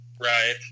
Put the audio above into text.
right